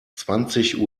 zwanzig